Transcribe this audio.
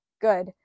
good